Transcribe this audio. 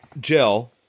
Jill